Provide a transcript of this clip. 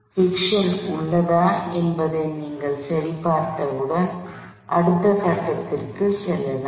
friction உள்ளதா என்பதை நீங்கள் சரிபார்த்தவுடன் அடுத்த கட்டத்திற்கு செல்லலாம்